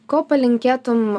ko palinkėtum